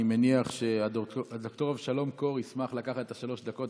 אני מניח שד"ר אבשלום קור ישמח לקחת את שלוש הדקות